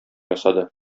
ясады